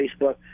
Facebook